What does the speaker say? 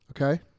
okay